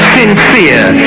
sincere